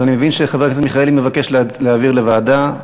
אז אני מבין שחבר הכנסת מיכאלי מבקש להעביר לוועדה,